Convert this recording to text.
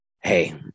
hey